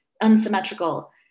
unsymmetrical